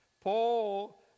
Paul